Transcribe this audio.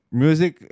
music